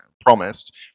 promised